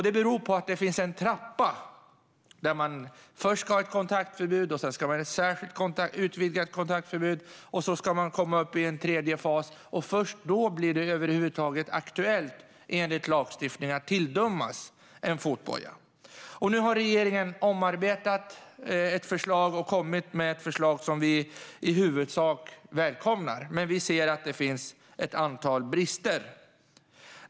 Det beror på att det finns en trappa: Först ska man ha ett kontaktförbud, sedan ska man ha ett särskilt utvidgat kontaktförbud och sedan ska man komma upp i en tredje fas. Först då blir det över huvud taget aktuellt enligt lagstiftningen att tilldömas fotboja. Nu har regeringen omarbetat förslaget och kommit med ett förslag som vi i huvudsak välkomnar. Vi ser dock att det finns ett antal brister.